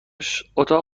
شامل